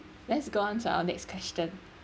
let's go on to our next question